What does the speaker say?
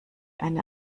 eine